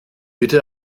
bitte